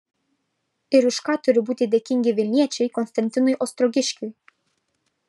ir už ką turi būti dėkingi vilniečiai konstantinui ostrogiškiui